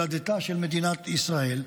הולדתה של מדינת ישראל,